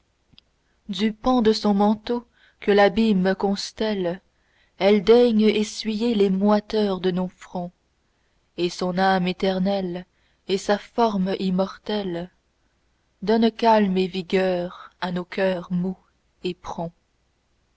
du pan de son manteau que l'abîme constelle elle daigne essuyer les moiteurs de nos fronts et son âme éternelle et sa forme immortelle donnent calme et vigueur à nos coeurs mous et